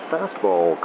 Fastball